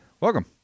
welcome